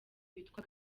witwa